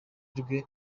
rwe